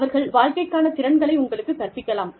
அவர்கள் வாழ்க்கைக்கான திறன்களை உங்களுக்குக் கற்பிக்கலாம்